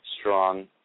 Strong